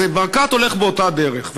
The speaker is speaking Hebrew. אז ברקת הולך באותה דרך.